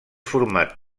format